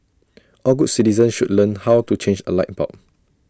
all good citizens should learn how to change A light bulb